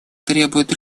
требуют